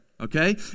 Okay